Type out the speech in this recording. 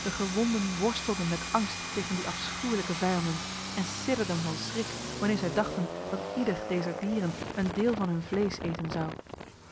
de gewonden worstelden met angst tegen die afschuwelijke vijanden en sidderden van schrik wanneer zij dachten dat ieder dezer dieren een deel van hun vlees eten zou